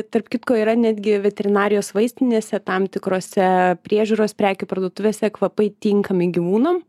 tarp kitko yra netgi veterinarijos vaistinėse tam tikrose priežiūros prekių parduotuvėse kvapai tinkami gyvūnam